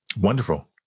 Wonderful